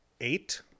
eight